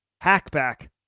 hackback